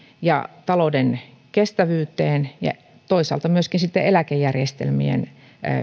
ja talouden kestävyyteen ja toisaalta myöskin sitten eläkejärjestelmien